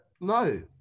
No